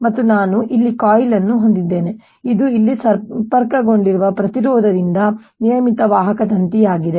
ಮತ್ತು ನಾನು ಇಲ್ಲಿ ಕಾಯಿಲ್ ಅನ್ನು ಹೊಂದಿದ್ದೇನೆ ಇದು ಇಲ್ಲಿ ಸಂಪರ್ಕಗೊಂಡಿರುವ ಪ್ರತಿರೋಧದೊಂದಿಗೆ ನಿಯಮಿತ ವಾಹಕ ತಂತಿಯಾಗಿದೆ